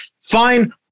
Fine